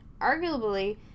arguably